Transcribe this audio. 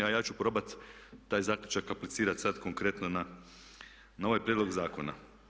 A ja ću probati taj zaključak aplicirati sad konkretno na ovaj prijedlog zakona.